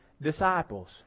Disciples